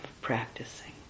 practicing